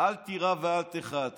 אל תירא ואל תיחת.